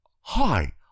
hi